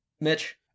Mitch